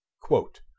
Quote